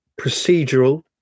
procedural